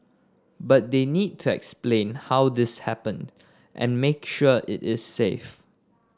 but they need to explain how this happened and make sure it is safe